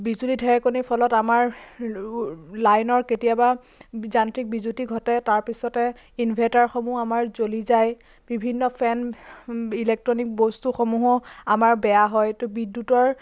বিজুলী ঢেৰেকনিৰ ফলত আমাৰ লাইনৰ কেতিয়াবা যান্ত্ৰিক বিজুতি ঘটে তাৰপিছতে ইনভেটাৰসমূহ আমাৰ জ্বলি যায় বিভিন্ন ফেন ইলেক্ট্ৰনিক বস্তুসমূহো আমাৰ বেয়া হয় তো বিদ্যুতৰ